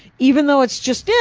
even though it's just, yeah